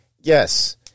yes